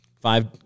five